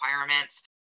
requirements